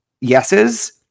Yeses